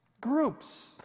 Groups